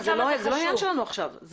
זה לא העניין שלנו עכשיו.